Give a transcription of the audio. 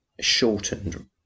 shortened